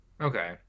Okay